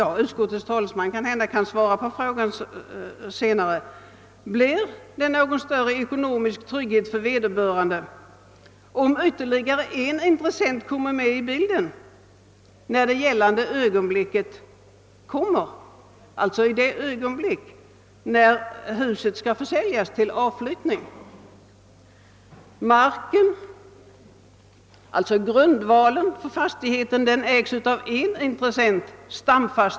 Utskottets talesman kan måhända svara på denna fråga senare: Blir det någon större ekonomisk trygghet för vederbörande om ytterligare en intressent kommer med i bilden när det avgörande ögonblicket är inne, alltså när huset skall försäljas till avflyttning? Marken tillhör stamfastigheten och ägs av en intressent.